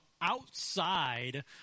outside